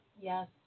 Yes